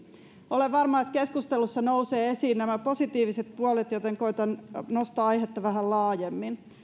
olen varma että keskustelussa nousevat esiin nämä positiiviset puolet joten koetan nostaa aihetta vähän laajemmin